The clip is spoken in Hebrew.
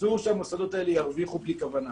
אסור שהמוסדות האלה ירוויחו בלי כוונה.